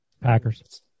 Packers